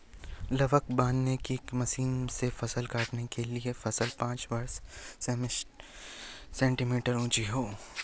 लावक बांधने की मशीन से फसल काटने के लिए फसल पांच सेंटीमीटर ऊंची हो